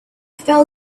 fell